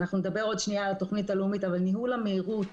ועוד שניה נדבר על התכנית הלאומית אבל ניהול המהירות,